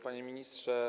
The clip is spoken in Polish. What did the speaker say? Panie Ministrze!